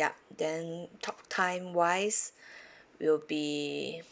ya then talk time wise will be